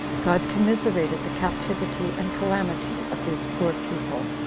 god commiserated the captivity and calamity of these poor people,